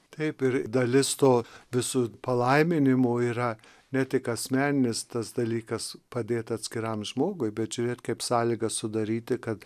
taip ir dalis to visų palaiminimų yra ne tik asmeninis tas dalykas padėt atskiram žmogui bet žiūrėt kaip sąlygas sudaryti kad